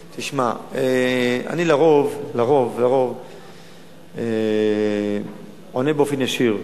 תשמע, אני לרוב עונה באופן ישיר,